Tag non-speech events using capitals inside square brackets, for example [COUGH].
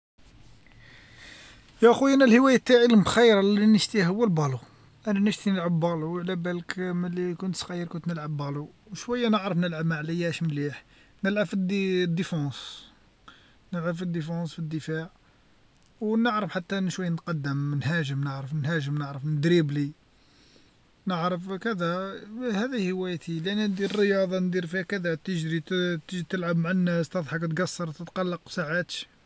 يا خوي انا الهواية تاعي المخيرة لي نشتيها هو البالو، انا نشتي نلعب بالو على بالك ملي كنت صغير كنت نلعب بالو، وشوية نعرف نلعب معلياش مليح، نلعب في دي- فالدفاع نلعب فالدفاع ونعرف حتى ان شوي نتقدم نهاجم نعرف نهاجم نعرف ندربلي نعرف كذا [HESITATION] هذه هوايتي لأني ندير الرياضة ندير فيها كذا تجري [HESITATION] تجي تلعب مع الناس تضحك تقصر تتقلق ساعاتش.